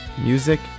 Music